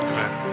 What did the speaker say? Amen